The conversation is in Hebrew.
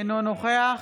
אינו נוכח